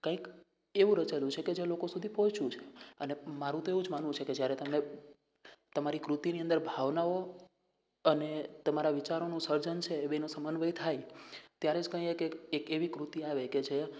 કંઇક એવું રચેલું છેકે જે લોકો સુધી પહોંચ્યું છે અને મારુ તો એવું જ માનવું છેકે જ્યારે તમે તમારી કૃતિની અંદર ભાવનાઓ અને તમારા વિચારોનું સર્જન છે એ બેનું સમન્વય થાય ત્યારે જ કંઇ એક એક એક એવી કૃતિ આવે કે જે